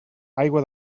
aigua